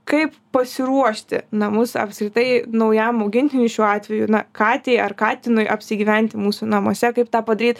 kaip pasiruošti namus apskritai naujam augintiniui šiuo atveju na katei ar katinui apsigyventi mūsų namuose kaip tą padaryt